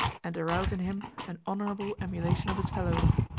and arouse in him an honourable emulation of his fellows.